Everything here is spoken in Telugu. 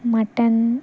మటన్